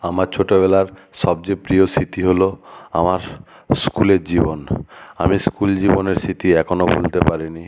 আমার ছোটোবেলার সবচেয়ে প্রিয় স্মৃতি হলো আমার স্কুলের জীবন আমি স্কুল জীবনের স্মৃতি এখনো ভুলতে পারি নি